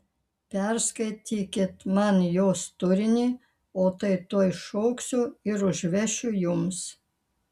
perskaitykit man jos turinį o tai tuoj šoksiu ir užvešiu jums